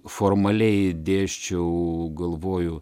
formaliai dėsčiau galvoju